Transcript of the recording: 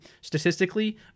statistically